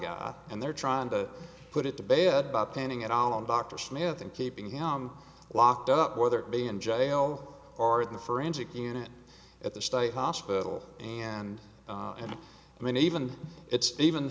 guy and they're trying to put it to bed by pinning it on dr smith and keeping him locked up whether it be in jail or in the forensic unit at the state hospital and i mean even it's even